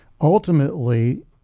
ultimately